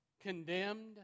condemned